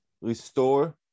restore